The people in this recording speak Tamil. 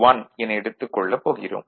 10 என எடுத்துக் கொள்ளப் போகிறோம்